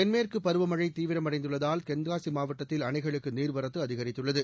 தென்மேற்குப் பருவமனழ தீவிரமடைந்துள்ளதால் தென்காசி மாவட்டத்தில் அனைகளுக்கு நீர் வரத்து அதிகரித்துள்ளது